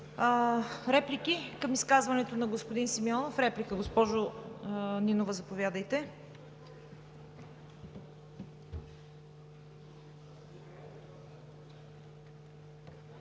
Реплики към изказването на господин Симеонов? Реплика – госпожо Нинова, заповядайте.